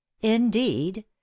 Indeed